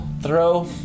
throw